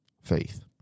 Faith